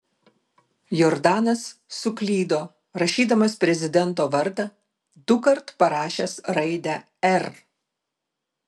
jordanas suklydo rašydamas prezidento vardą dukart parašęs raidę r